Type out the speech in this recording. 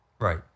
Right